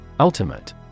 Ultimate